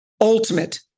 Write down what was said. ultimate